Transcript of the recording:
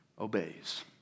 obeys